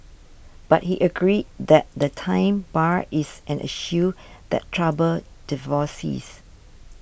but he agreed that the time bar is an issue that troubles divorcees